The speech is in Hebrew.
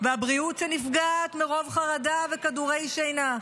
והבריאות שנפגעת מרוב חרדה וכדורי שינה.